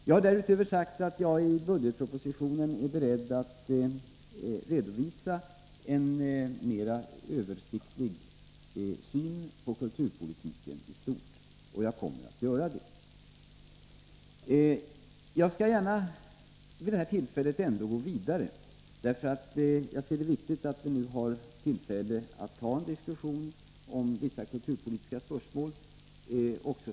Jag har därutöver sagt att jag är beredd att i budgetpropositionen redovisa en mera översiktlig syn på kulturpolitiken i stort. Jag kommer att göra det också. Jag skall gärna vid det här tillfället gå vidare, därför att jag anser det vara viktigt att vi nu har tillfälle att föra en diskussion om vissa kulturpolitiska spörsmål.